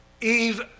Eve